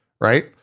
right